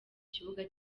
kibuga